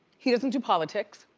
he doesn't do politics,